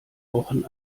wochen